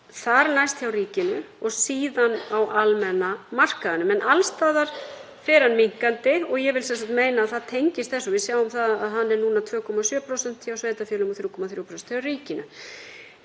þar næst hjá ríkinu og síðan á almenna markaðnum. En alls staðar fer hann minnkandi. Ég vil meina að það tengist þessu. Við sjáum að hann er núna 2,7% hjá sveitarfélögum og 3,3% hjá ríkinu.